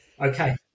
okay